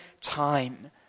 time